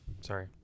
sorry